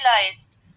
realized